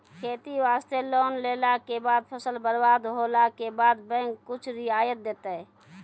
खेती वास्ते लोन लेला के बाद फसल बर्बाद होला के बाद बैंक कुछ रियायत देतै?